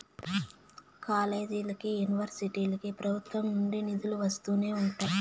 కాలేజీలకి, యూనివర్సిటీలకు ప్రభుత్వం నుండి నిధులు వస్తూనే ఉంటాయి